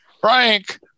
Frank